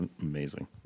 amazing